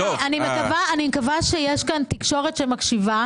אני מקווה שיש כאן תקשורת שמקשיבה.